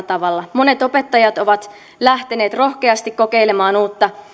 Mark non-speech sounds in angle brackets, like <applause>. <unintelligible> tavalla monet opettajat ovat lähteneet rohkeasti kokeilemaan uutta